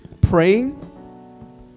Praying